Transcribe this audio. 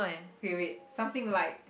okay wait something like